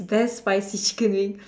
that's spicy chicken wings